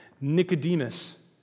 Nicodemus